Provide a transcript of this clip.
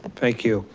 thank you,